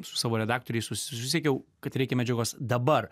su savo redaktoriais susisiekiau kad reikia medžiagos dabar